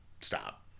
stop